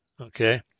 Okay